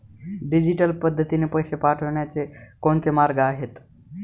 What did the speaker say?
Digital पद्धतीने पैसे पाठवण्याचे कोणते मार्ग आहेत?